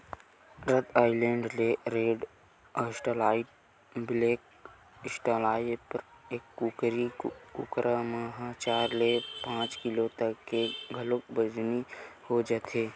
रद्दा Island Red, Australorp, black Australorp, ए कुकरी कुकरा मन ह चार ले पांच किलो तक के घलोक बजनी हो जाथे